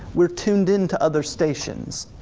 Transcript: we're tuned into other stations,